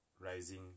rising